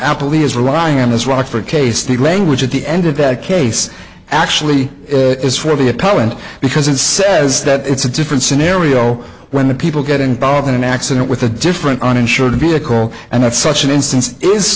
police is relying on this rock for a case the language at the end of that case actually is for the appellant because it says that it's a different scenario when the people get involved in an accident with a different uninsured vehicle and at such an instance is